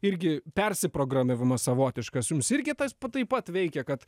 irgi persiprogramavimas savotiškas jums irgi tas pat taip pat veikia kad